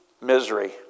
misery